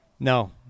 No